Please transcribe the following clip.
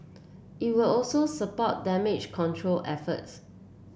it will also support damage control efforts